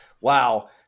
wow